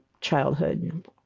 childhood